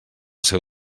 seu